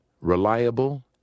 reliable